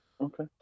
okay